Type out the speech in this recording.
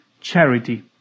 charity